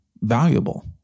valuable